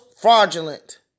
fraudulent